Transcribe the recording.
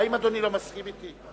האם אדוני לא מסכים אתי?